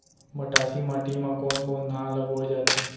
मटासी माटी मा कोन कोन धान ला बोये जाथे?